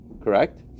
correct